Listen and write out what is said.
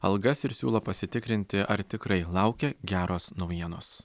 algas ir siūlo pasitikrinti ar tikrai laukia geros naujienos